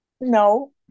No